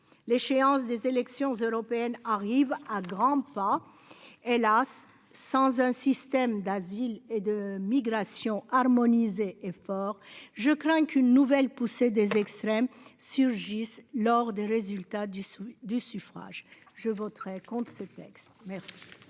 l'échéance des élections européennes arrivent à grands pas hélas sans un système d'asile et de migration harmoniser effort je crains qu'une nouvelle poussée des extrêmes surgissent lors des résultats du sceau du suffrage. Je voterai contre ce texte. Merci,